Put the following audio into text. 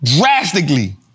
drastically